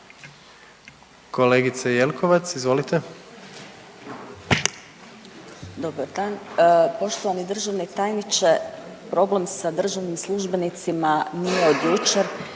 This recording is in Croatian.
**Jelkovac, Marija (HDZ)** Dobar dan. Poštovani državni tajniče, problem sa državnim službenicima nije od jučer,